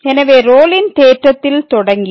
எனவே ரோலின் தேற்றத்தில் தொடங்கி